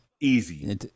Easy